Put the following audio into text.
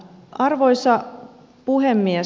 arvoisa puhemies